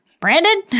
Brandon